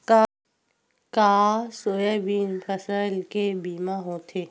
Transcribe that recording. का सोयाबीन फसल के बीमा होथे?